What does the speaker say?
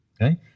Okay